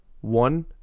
one